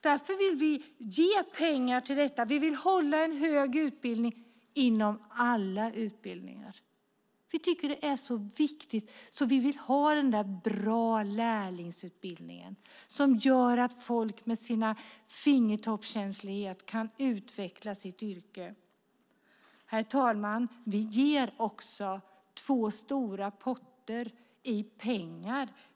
Därför vill vi ge pengar till detta och hålla en hög klass på utbildningen inom alla områden. Vi tycker att detta är så viktigt. Vi vill ha en bra lärlingsutbildning som gör att folk med sin fingertoppskänslighet kan utveckla sitt yrke. Herr talman! Vi ger också två stora potter i pengar.